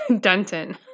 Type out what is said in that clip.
Dunton